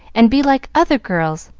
and be like other girls!